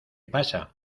pasa